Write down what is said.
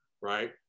right